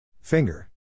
Finger